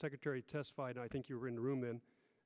secretary testified i think you were in the room then